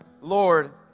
Lord